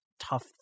Tough